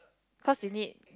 cause in it